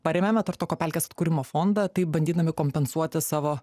parėmėme tartoko pelkės atkūrimo fondą taip bandydami kompensuoti savo